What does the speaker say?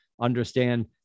understand